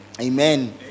Amen